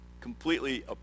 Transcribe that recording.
completely